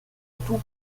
tout